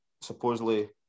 supposedly